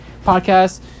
podcast